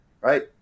right